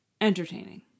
Entertaining